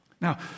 Now